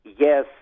Yes